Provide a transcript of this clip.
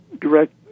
direct